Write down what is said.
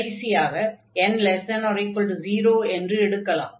கடைசியாக n≤0 என்று எடுக்கலாம்